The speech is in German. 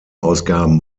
ausgaben